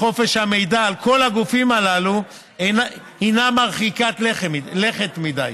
חופש המידע על כל הגופים הללו היא מרחיקת לכת מדי.